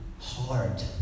hard